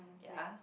ya